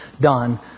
done